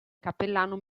cappellano